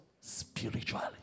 spiritually